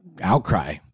outcry